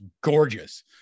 gorgeous